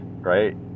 right